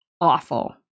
awful